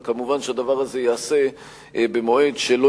אבל כמובן הדבר הזה ייעשה במועד שבו לא